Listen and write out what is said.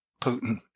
Putin